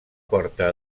porta